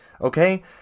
okay